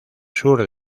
sur